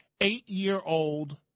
Eight-year-old